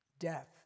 Death